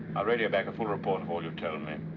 i'll radio back a full report of all you've told me.